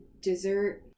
dessert